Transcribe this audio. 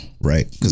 right